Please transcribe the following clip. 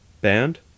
band